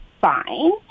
fine